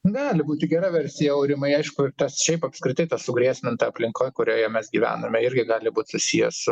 gali būti gera versija aurimai aišku šiaip apskritai sugrėsminta aplinka kurioje mes gyvename irgi gali būt susiję su